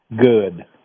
Good